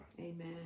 Amen